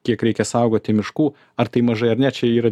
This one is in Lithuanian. kiek reikia saugoti miškų ar tai mažai ar ne čia yra